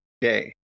day